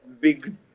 big